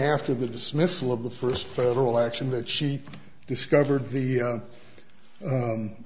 after the dismissal of the first federal action that she discovered the